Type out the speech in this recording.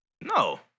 No